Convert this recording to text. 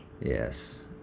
Yes